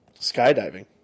Skydiving